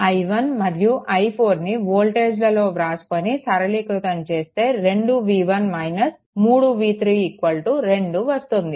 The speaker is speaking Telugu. i1 మరియు i4 ని వోల్టేజ్లలో వ్రాసుకొని సరళీకృతం చేస్తే 2v1 3v3 2 వస్తుంది